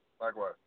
Likewise